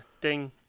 Ding